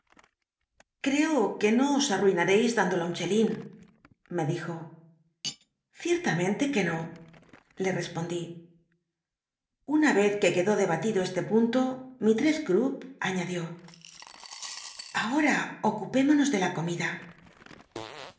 creo que no os arruinareis dándola un chelín me dijo ciertamente que no le res ondi una vez que quedó debatido este punto mistres trupp añadió ahora ocupémonos de la comida